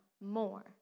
more